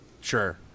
Sure